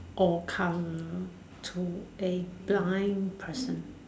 or colour to a blind person